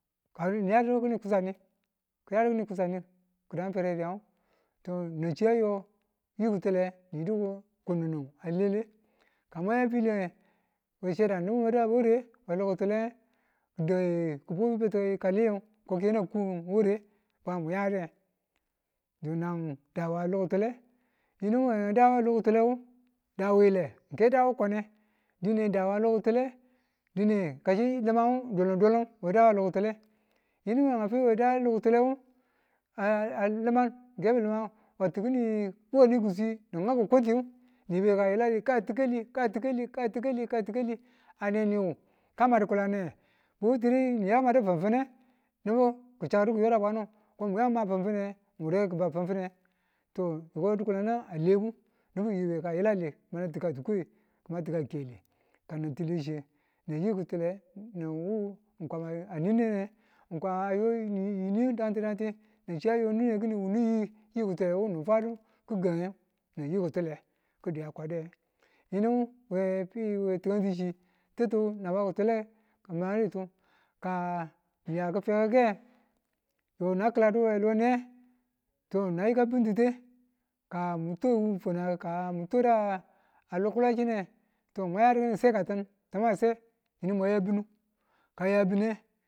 Kwadu niyadu kịni kusani kwadu niyadu ki̱san nge ki̱dan ferediyan nang shiyo yikịtule niyi diko kun ninu alele ka mwa ya file we sheda nibu kiyoda ware we lokitule ki̱da ki̱bu beti kali yin kokenan kun ware kwan muyade di̱dan nau daa lo ki̱tule yinu we dang wa lo ki̱tule da wile ng ke dawu kone dine dawa lo ki̱tule dine kichi li̱mang dulimdulim yinu wenge finu we nga da lokitule a- a- aliman kebuliman to ki̱ni wuka ki̱swi ni ngau kikunti ni yibeka yilali kati̱kali kati̱kali a neni wu ka madukulanewe bwetire niwu ka madu finfinne ni̱bu chakidu ni yoda bwanu ko mu yamwa finfine n wure ki bau finfine to niko di̱kulannu a lebu nubu ki yi̱beka yilali ki matika titwe kimati ke kele kanan titile shiye nin yi ki̱tule nan wu kwama ninine n kwama ayo yini dangti dangti nan chiya a yo nine ki̱ni wunin yi ki̱tule nu nifwadu kikange nan yi kitule ki̱diya kwade wunni wefi we tikanti shi titti naba kitule ki madetu ka ni ya kideke yo na ki̱ladu we loniye tiyo na yika bibtite kamu tun fwana kamu tuda a lo kulachine to mwa yadu ki̱nin segatim ka tima se yini mwa ya binu ka mwa ya bine